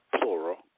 plural